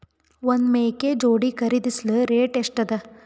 ಒಂದ್ ಮೇಕೆ ಜೋಡಿ ಖರಿದಿಸಲು ರೇಟ್ ಎಷ್ಟ ಅದ?